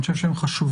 אני חושב שהן חשובות